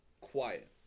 quiet